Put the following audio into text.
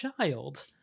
child